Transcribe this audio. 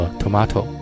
Tomato 。